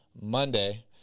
Monday